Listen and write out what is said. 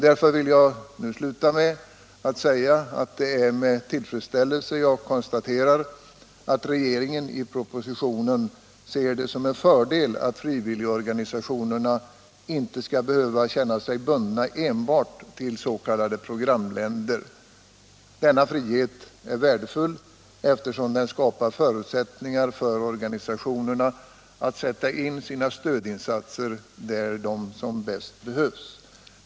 Därför vill jag nu sluta mitt anförande med att säga att det är med tillfredsställelse jag konstaterar att regeringen i propositionen ser det som en fördel att frivilligorganisationerna inte skall behöva känna sig bundna enbart till s.k. programländer. Denna frihet är värdefull, eftersom den skapar förutsättningar för organisationerna att sätta in sina stödinsatser där de bäst behövs.